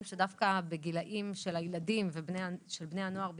שדווקא בגילאים של הילדים ובני הנוער בעיקר,